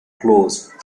closed